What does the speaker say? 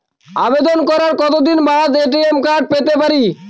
আবেদন করার কতদিন বাদে এ.টি.এম কার্ড পেতে পারি?